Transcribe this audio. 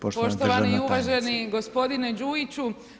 Poštovani uvaženi gospodine Đujiću.